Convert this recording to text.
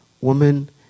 woman